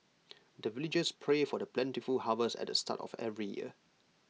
the villagers pray for the plentiful harvest at the start of every year